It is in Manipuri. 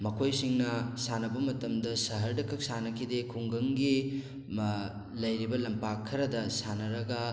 ꯃꯈꯣꯏꯁꯤꯡꯅ ꯁꯥꯟꯅꯕ ꯃꯇꯝꯗ ꯁꯍꯔꯗ ꯈꯛ ꯁꯥꯟꯅꯈꯤꯗꯦ ꯈꯨꯡꯒꯪꯒꯤ ꯂꯩꯔꯤꯕ ꯂꯝꯄꯥꯛ ꯈꯔꯗ ꯁꯥꯟꯅꯔꯒ